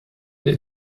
der